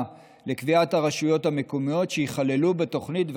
לקביעת הרשויות המקומיות שייכללו בתוכנית,